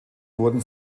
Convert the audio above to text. wurden